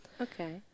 Okay